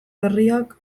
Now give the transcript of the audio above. berriak